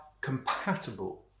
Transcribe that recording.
compatible